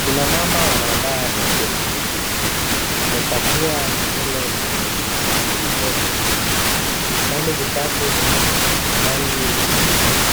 Kina mama wanaandaa vyakula. Wamepakua mchele kwenye vijisani vidogo. Vijisani vitatu vina rangi